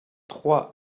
trois